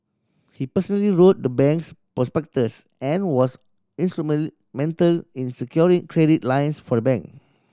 he personally wrote the bank's prospectus and was mental in securing credit lines for the bank